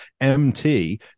MT